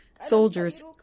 soldiers